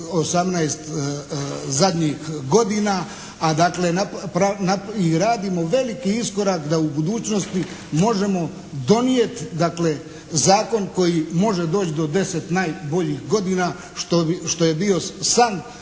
18 zadnjih godina a dakle i radimo veliki iskorak da u budućnosti možemo donijeti zakon koji može doći do deset najboljih godina što je bio san